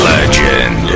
Legend